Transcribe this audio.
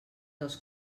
dels